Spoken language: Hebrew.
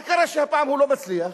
מה קרה שהפעם הוא לא מצליח?